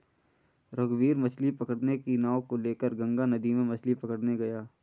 रघुवीर मछ्ली पकड़ने की नाव को लेकर गंगा नदी में मछ्ली पकड़ने गया